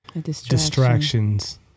distractions